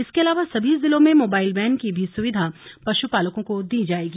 इसके अलावा सभी जिलों में मोबाइल वैन की भी सुविधा पशुपालकों को दी जाएगी